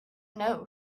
know